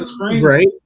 Right